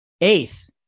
eighth